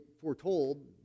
foretold